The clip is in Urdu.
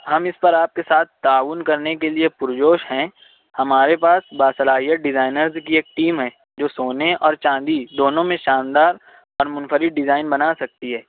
ہم اس طرح آپ کے ساتھ تعاون کرنے کے لیے پرجوش ہیں ہمارے پاس باصلاحیت ڈیزائنرز کی ایک ٹیم ہے جو سونے اور چاندی دونوں میں شاندار اور منفرد ڈیزائن بنا سکتی ہے